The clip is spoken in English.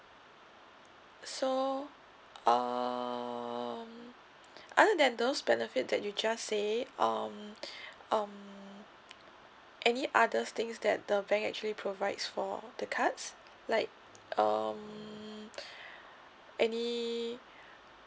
so um other than those benefit that you just say um um any others things that the bank actually provides for the cards like um any